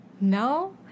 No